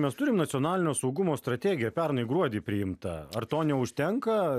mes turim nacionalinio saugumo strategiją pernai gruodį priimtą ar to neužtenka